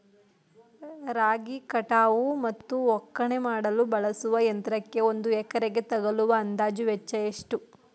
ರಾಗಿ ಕಟಾವು ಮತ್ತು ಒಕ್ಕಣೆ ಮಾಡಲು ಬಳಸುವ ಯಂತ್ರಕ್ಕೆ ಒಂದು ಎಕರೆಗೆ ತಗಲುವ ಅಂದಾಜು ವೆಚ್ಚ ಎಷ್ಟು?